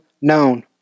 known